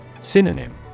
Synonym